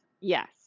Yes